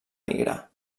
migrar